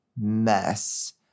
mess